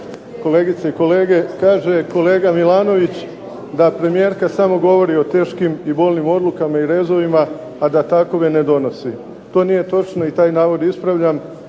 kolegice i kolege. Kaže kolega Milanović da premijerka samo govori o teškim i bolnim odlukama i rezovima, a da takove ne donosi. To nije točno i taj navod ispravljam.